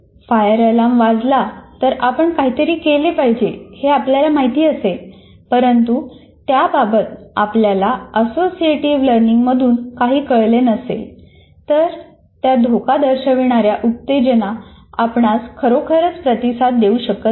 fire alarm वाजला तर आपण काहीतरी केले पाहिजे हे आपल्याला माहिती असेल परंतु त्याबाबत आपल्याला असोसिएटिव लर्निंगमधून काही कळले नसेल तर त्या धोका दर्शविणाऱ्या उत्तेजना आपण खरोखर प्रतिसाद देऊ शकत नाही